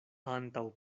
antaŭ